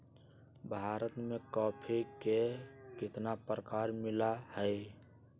भारत में कॉफी के कितना प्रकार मिला हई?